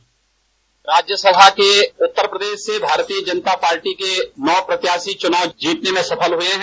bite Rajya Sabha की उत्तर प्रदेश से भारतीय जनता पार्टी के नौ प्रत्याशी चुनाव जीतने में सफल हुए है